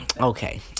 Okay